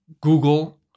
Google